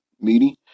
meeting